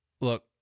Look